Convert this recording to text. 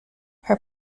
her